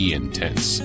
intense